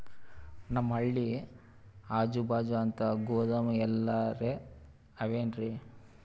ನಮ್ ಹಳ್ಳಿ ಅಜುಬಾಜು ಅಂತ ಗೋದಾಮ ಎಲ್ಲರೆ ಅವೇನ್ರಿ?